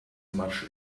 much